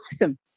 awesome